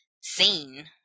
seen